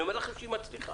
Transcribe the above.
אני אומר לכם שהיא מצליחה.